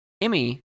Emmy